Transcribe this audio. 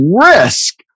risk